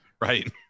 right